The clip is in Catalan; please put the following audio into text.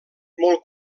molt